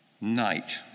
night